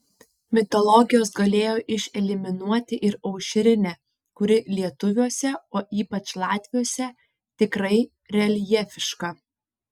mitologijos galėjo išeliminuoti ir aušrinę kuri lietuviuose o ypač latviuose tikrai reljefiška